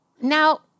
Now